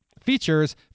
features